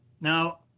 Now